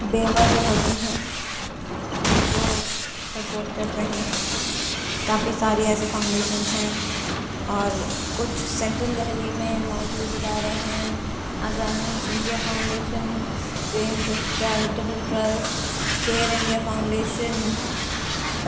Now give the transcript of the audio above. بیوہ جو ہوتی ہیں ان کو سپورٹ کرتے ہیں کافی ساری ایسی فاؤنڈیشنس ہیں اور کچھ سینٹرل دہلی میں موجود ادارے ہیں اگرانی انڈیا فاؤنڈیشن پریم پس charitable trust care India foundation